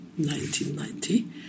1990